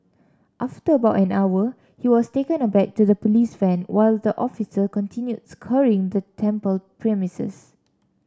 after about an hour he was taken aback to the police van while the officer continued scouring the temple premises